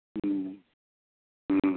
ம்ம் ம்ம்